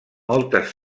moltes